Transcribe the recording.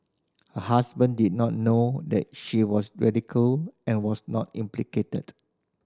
her husband did not know that she was and was not implicated